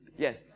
yes